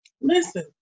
Listen